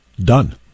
done